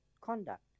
conduct